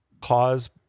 cause